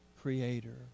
Creator